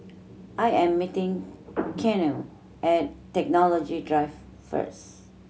I am meeting Keanu at Technology Drive first